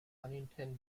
huntington